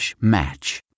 match